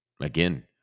again